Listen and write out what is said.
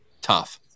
Tough